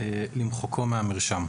למחקו מהמרשם.